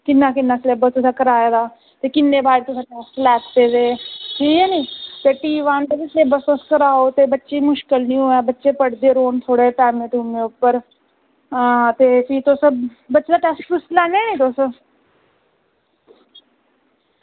ते किन्ना तुसें सलेब्स कराए दा ते किन्ने दे तुसें टेस्ट लैते दे ते ठीक ऐ नी टी वन दा बी सलेब्स तुस कराओ ते मुश्कल निं होऐ ते बच्चे पढ़दे रौहन ते भी बच्चें दा टेस्ट लैने नी तुस